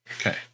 Okay